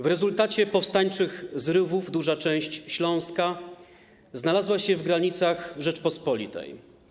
W rezultacie powstańczych zrywów duża część Śląska znalazła się w granicach Rzeczypospolitej.